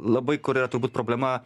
labai kur yra turbūt problema